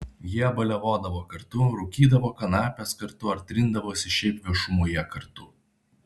jie baliavodavo kartu rūkydavo kanapes kartu ar trindavosi šiaip viešumoje kartu